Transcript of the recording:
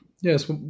Yes